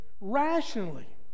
rationally